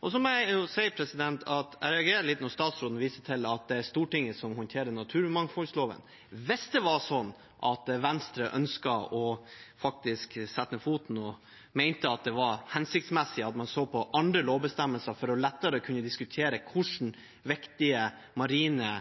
Jeg må si at jeg reagerer litt når statsråden viser til at det er Stortinget som håndterer naturmangfoldloven. Hvis det var sånn at Venstre ønsket å sette ned foten og mente at det var hensiktsmessig at man så på andre lovbestemmelser for lettere å kunne diskutere hvilke viktige marine